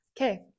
okay